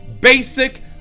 basic